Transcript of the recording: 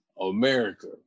America